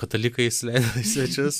katalikai įsileido į svečius